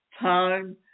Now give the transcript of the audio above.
time